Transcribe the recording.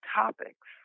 topics